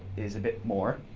is a bit more.